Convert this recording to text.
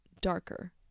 darker